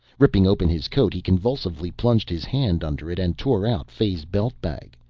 ripping open his coat, he convulsively plunged his hand under it and tore out fay's belt-bag.